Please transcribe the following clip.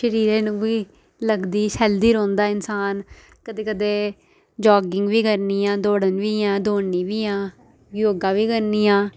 शरीरा नू बी लगदी हैल्थी रौंह्दा इंसान कदें कदें जॉगिंग बी करनी आं दौड़न बी दौड़नी बी आं योग बी करनी आं